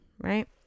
right